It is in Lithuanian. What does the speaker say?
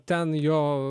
ten jo